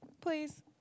Please